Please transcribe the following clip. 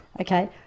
Okay